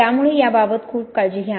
त्यामुळे याबाबत खूप काळजी घ्या